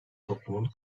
toplumun